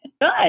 Good